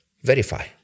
verify